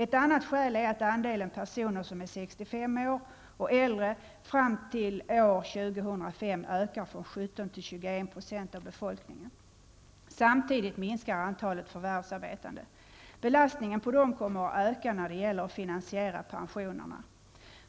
Ett annat skäl är att andelen personer som är 65 år eller äldre fram till år 2005 ökar från 17 till 21 % av befolkningen. Samtidigt minskar antalet förvärvsarbetande. Belastningen på dessa kommer att öka när det gäller att finansiera pensionerna.